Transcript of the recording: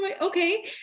okay